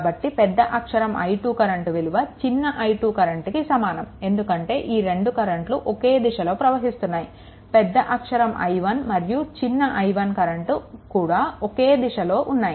కాబట్టి పెద్ద అక్షరం I2 కరెంట్ విలువ చిన్న i2 కరెంట్ కి సమానం ఎందుకంటే ఈ రెండు కరెంట్లు ఒకే దిశలో ప్రవహిస్తున్నాయి పెద్ద అక్షరం I1 మరియు చిన్న i1 కరెంట్ కూడా ఒకే దిశలో ఉన్నాయి